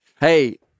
Hey